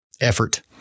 Effort